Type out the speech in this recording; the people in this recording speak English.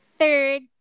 Third